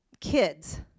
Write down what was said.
kids